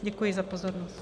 Děkuji za pozornost.